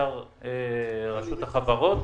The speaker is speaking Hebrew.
רשות החברות,